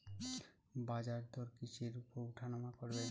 বাজারদর কিসের উপর উঠানামা করে?